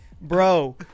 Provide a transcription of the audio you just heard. Bro